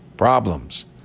Problems